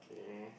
okay